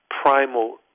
primal